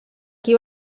qui